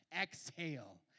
Exhale